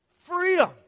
freedom